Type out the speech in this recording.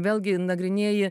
vėlgi nagrinėji